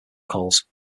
calls